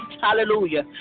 hallelujah